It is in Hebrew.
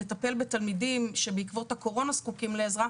לטפל בתלמידים שבעקבות הקורונה זקוקים לעזרה,